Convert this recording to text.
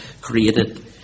created